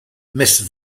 miss